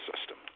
system